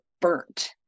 burnt